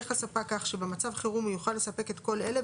הספק כך שבמצב חירום הוא יוכל לספק את כל אלה,